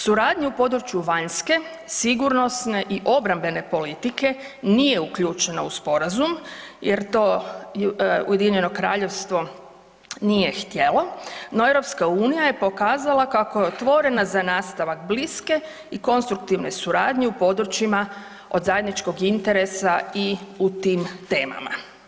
Suradnju u području vanjske, sigurnosne i obrambene politike nije uključeno u Sporazum jer to UK nije htjelo, no EU je pokazala kako je otvorena za nastavak bliske i konstruktivne suradnje u područjima od zajedničkog interesa i u tim temama.